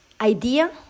idea